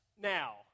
Now